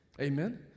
Amen